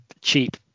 cheap